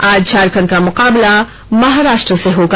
आज झारखंड का मुकाबला महाराष्ट्र से होगा